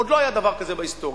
עוד לא היה דבר כזה בהיסטוריה.